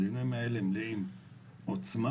הדיונים האלה מלאים עוצמה,